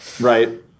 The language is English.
Right